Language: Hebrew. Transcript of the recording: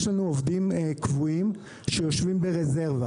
יש לנו עובדים קבועים שיושבים ברזרבה